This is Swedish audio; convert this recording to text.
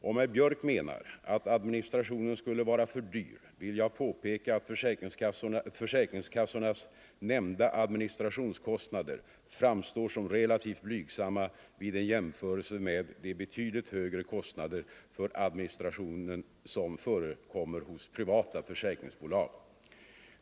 Om herr Björck menar att administrationen skulle vara för dyr vill jag påpeka att försäkringskassornas nämnda administrationskostnader framstår som relativt blygsamma vid en jämförelse med de betydligt högre kostnader för administration som förekommer hos privata försäkringsbolag.